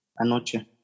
Anoche